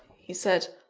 he said.